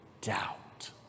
doubt